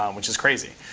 um which is crazy.